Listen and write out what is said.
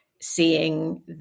seeing